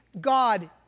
God